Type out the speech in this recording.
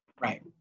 right